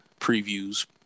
previews